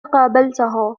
قابلتها